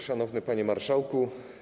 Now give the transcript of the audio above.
Szanowny Panie Marszałku!